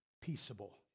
peaceable